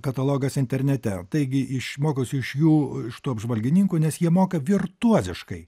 katalogas internete taigi mokausi iš jų iš tų apžvalgininkų nes jie moka virtuoziškai